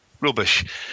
Rubbish